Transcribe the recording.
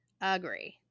agree